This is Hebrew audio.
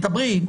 מדברים,